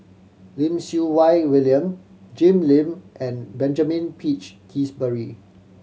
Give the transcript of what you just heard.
Lim Siew Wai William Jim Lim and Benjamin Peach Keasberry